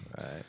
Right